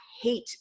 hate